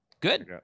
Good